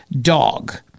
dog